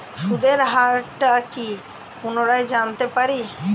সুদের হার টা কি পুনরায় জানতে পারি?